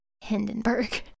Hindenburg